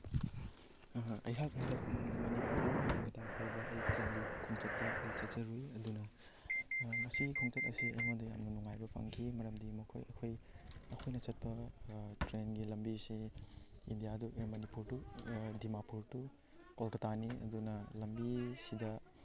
ꯑꯩꯍꯥꯛ ꯍꯟꯗꯛ ꯃꯅꯤꯄꯨꯔꯗꯒꯤ ꯀꯣꯜꯀꯇꯥ ꯐꯥꯎꯕ ꯑꯩ ꯇ꯭ꯔꯦꯟꯒꯤ ꯈꯣꯡꯆꯠꯇ ꯑꯩ ꯆꯠꯆꯔꯨꯏ ꯑꯗꯨꯅ ꯃꯁꯤꯒꯤ ꯈꯣꯡꯆꯠ ꯑꯁꯤ ꯑꯩꯉꯣꯟꯗ ꯌꯥꯝꯅ ꯅꯨꯡꯉꯥꯏꯕ ꯐꯪꯈꯤ ꯃꯔꯝꯗꯤ ꯃꯈꯣꯏ ꯑꯩꯈꯣꯏ ꯑꯩꯈꯣꯏꯅ ꯆꯠꯄ ꯇ꯭ꯔꯦꯟꯒꯤ ꯂꯝꯕꯤꯁꯤ India to Manipur to Dimapur to ꯀꯣꯜꯀꯇꯥꯅꯤ ꯑꯗꯨꯅ ꯂꯝꯕꯤꯁꯤꯗ